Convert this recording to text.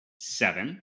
seven